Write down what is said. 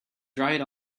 dried